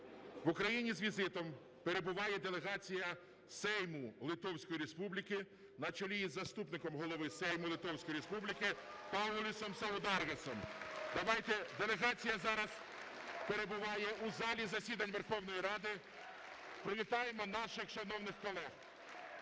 в Україні з візитом перебуває делегація Сейму Литовської Республіки на чолі із заступником Голови Сейму Литовської Республіки Паулюсом Саударгасом. Делегація зараз перебуває у залі засідань Верховної Ради. Привітаємо наших шановних колег!